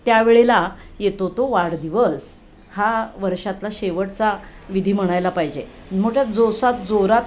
त्यावेळेला येतो तो वाढदिवस हा वर्षातला शेवटचा विधी म्हणायला पाहिजे मोठ्या जोशात जोरात